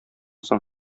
соң